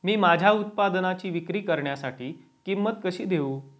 मी माझ्या उत्पादनाची विक्री करण्यासाठी किंमत कशी देऊ?